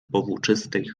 powłóczystej